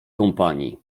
kompanii